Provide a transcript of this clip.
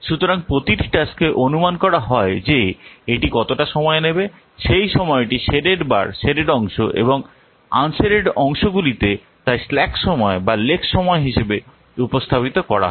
সুতরাং প্রতিটি টাস্কে অনুমান করা হয় যে এটি কতটা সময় নেবে সেই সময়টি শেডেড বার শেডেড অংশ এবং আনশেডেড অংশগুলিতে তাই স্ল্যাক সময় বা লেক্স সময় হিসেবে উপস্থাপিত করা হয়